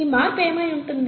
ఈ మార్పు ఏమై ఉంటుంది